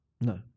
No